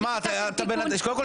הסעיף הראשון?